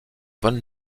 van